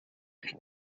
kaj